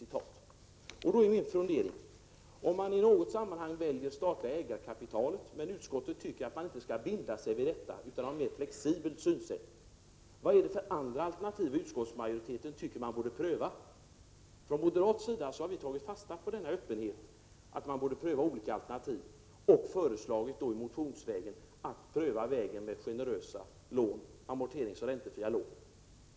Då är min fråga: Om man i något sammanhang väljer det statliga ägarkapitalet men utskottet tycker att man inte skall binda sig vid detta utan ha ett mer flexibelt synsätt, vilka andra alternativ tycker utskottsmajoriteten att man då skall pröva? Från moderat sida har vi tagit fasta på denna öppenhet, dvs. att man borde pröva olika alternativ och föreslagit i en motion att man skall pröva den väg som innebär generösa ränteoch amorteringsfria lån.